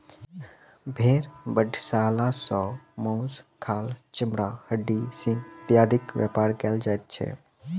भेंड़ बधशाला सॅ मौस, खाल, चमड़ा, हड्डी, सिंग इत्यादिक व्यापार कयल जाइत छै